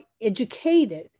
educated